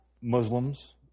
Muslims